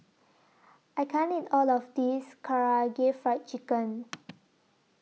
I can't eat All of This Karaage Fried Chicken